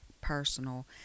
personal